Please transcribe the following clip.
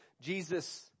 Jesus